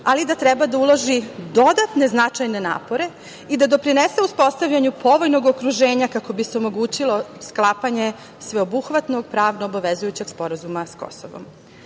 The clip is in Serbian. ali da treba da ulaži dodatne značajne napore i da doprinese uspostavljanju povoljnog okruženja kako bi se omogućilo sklapanje sveobuhvatnog pravno obavezujućeg sporazuma sa Kosovom.